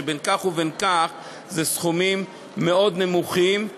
שבין כך ובין כך אלה סכומים מאוד נמוכים.